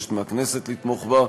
מבקשת מהכנסת לתמוך בה,